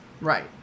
Right